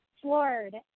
floored